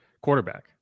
quarterback